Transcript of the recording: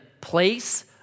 place